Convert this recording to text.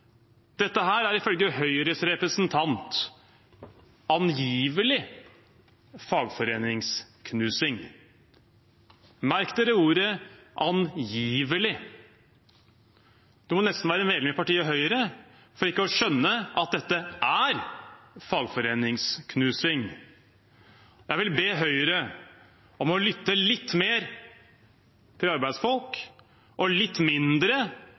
Dette er ifølge Høyres representant angivelig fagforeningsknusing. Merk dere ordet «angivelig». Man må nesten være medlem i partiet Høyre for ikke å skjønne at dette er fagforeningsknusing. Jeg vil be Høyre om å lytte litt mer til arbeidsfolk og litt mindre